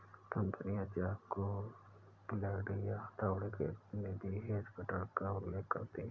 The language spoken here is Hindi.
कंपनियां चाकू, ब्लेड या हथौड़े के रूप में भी हेज कटर का उल्लेख करती हैं